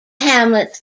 hamlets